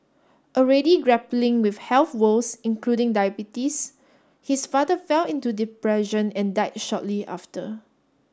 already grappling with health woes including diabetes his father fell into depression and died shortly after